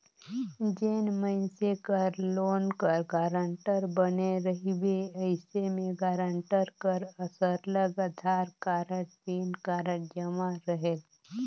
जेन मइनसे कर लोन कर गारंटर बने रहिबे अइसे में गारंटर कर सरलग अधार कारड, पेन कारड जमा रहेल